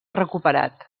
recuperat